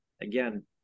Again